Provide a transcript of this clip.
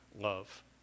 love